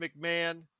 McMahon